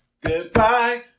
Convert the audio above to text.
Goodbye